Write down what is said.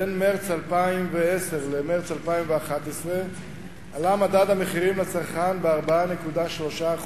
בין מרס 2010 למרס 2011 עלה מדד המחירים לצרכן ב-4.3%.